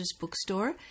Bookstore